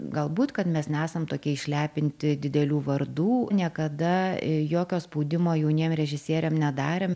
galbūt kad mes nesam tokie išlepinti didelių vardų niekada jokio spaudimo jauniem režisieriam nedarėm